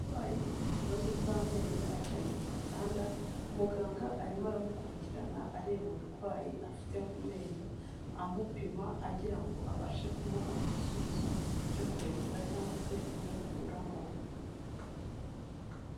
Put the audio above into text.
Umurwayi ufite ibibazo by'amenyo aryamye ku gatanda, muganga arimo aramukurikirana, areba uburwayi afite ku menyo, amupima agira ngo abashe kumuha igisubizo cyo kuyavura cyangwa se kuyakuramo.